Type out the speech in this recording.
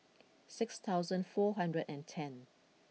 six thousand four hundred and ten